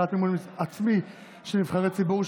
הגבלת מימון עצמי של נבחרי ציבור),